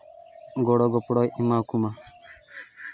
ᱜᱚᱲᱜ ᱜᱚᱯᱚᱲᱚᱭ ᱮᱢᱟᱣ ᱠᱚᱢᱟ